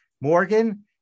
Morgan